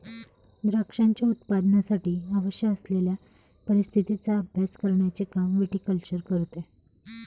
द्राक्षांच्या उत्पादनासाठी आवश्यक असलेल्या परिस्थितीचा अभ्यास करण्याचे काम विटीकल्चर करते